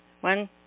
One